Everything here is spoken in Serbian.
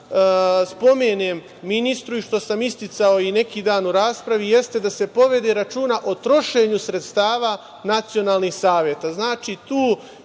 spomenem ministru i što sam isticao i pre neki dan u raspravi jeste da se povede računa o trošenju sredstava nacionalnih saveta. Znači, tu